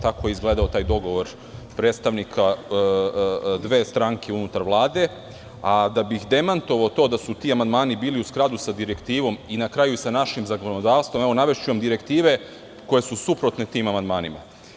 Tako je izgledao taj dogovor predstavnika dve stranke unutar Vlade, a da bih demantovao to da su ti amandmani bili u skladu sa direktivom i na kraju sa našim zakonodavstvom, navešću vam direktive koje su suprotne tim amandmanima.